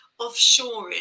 offshoring